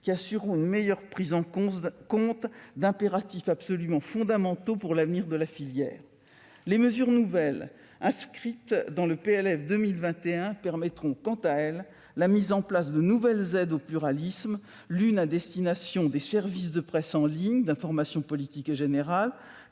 qui assureront une meilleure prise en compte d'impératifs absolument fondamentaux pour l'avenir de la filière. Les mesures nouvelles, inscrites dans le PLF 2021, permettront, quant à elles, la mise en place de nouvelles aides au pluralisme, l'une à destination des services de presse en ligne d'information politique et générale,